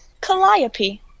Calliope